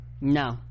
no